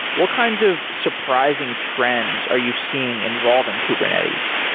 what kinds of surprising trends are you seeing involved in kubernetes?